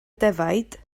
defaid